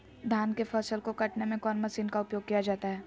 धान के फसल को कटने में कौन माशिन का उपयोग किया जाता है?